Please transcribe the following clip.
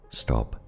stop